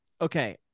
Okay